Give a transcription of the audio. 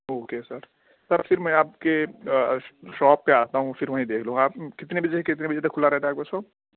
okay sir sir پھر میں آپ کے شاپ پہ آتا ہوں پھر وہیں دیکھ لوں گا آپ کتنے بجے سے کتنے بجے تک کھلا رہتا ہے آپ کا شاپ